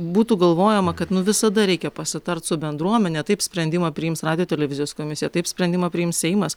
būtų galvojama kad nu visada reikia pasitart su bendruomene taip sprendimą priims radijo televizijos komisija taip sprendimą priims seimas